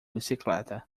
bicicleta